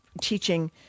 teaching